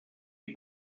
die